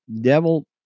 Devil